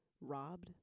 robbed